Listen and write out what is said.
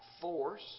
force